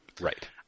Right